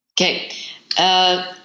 Okay